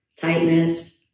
tightness